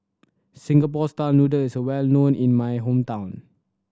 Singapore style noodle is well known in my hometown